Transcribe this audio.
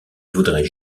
voudrait